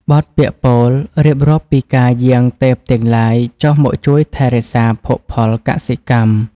បទពាក្យពោលរៀបរាប់ពីការយាងទេពទាំងឡាយ ចុះមកជួយថែរក្សាភោគផលកសិកម្ម។